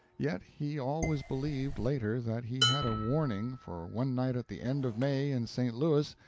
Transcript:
yet he always believed, later, that he had a warning, for one night at the end of may, in st. louis,